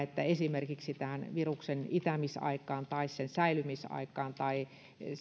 esimerkiksi viruksen itämisajasta tai sen säilymisajasta tai